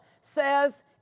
says